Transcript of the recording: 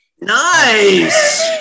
Nice